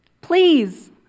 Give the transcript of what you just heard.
Please